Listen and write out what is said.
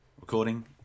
Recording